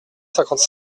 cinquante